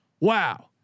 Wow